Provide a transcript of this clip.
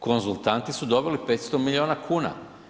Konzultanti su dobili 500 milijuna kuna.